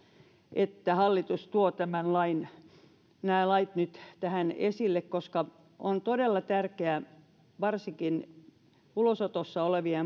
että hallitus tuo nämä lait nyt tänne esille koska on todella tärkeää puuttua varsinkin ulosotossa olevien